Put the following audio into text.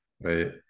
right